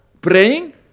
praying